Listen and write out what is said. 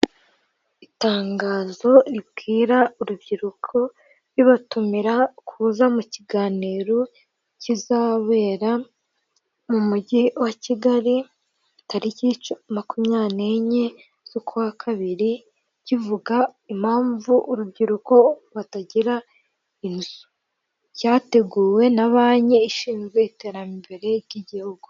Itangazo ribwira urubyiruko ribatumira kuza mu kiganiro kizabera mu mugi wa Kigali tariki makumyabiri n'enye z'ukwakabiri kivuga impamvu urubyiruko batagira inzu, cyateguwe na banki ishinzwe iterambere ry'igihugu.